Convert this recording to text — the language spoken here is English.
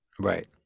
Right